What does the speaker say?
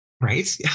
Right